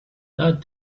that